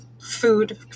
food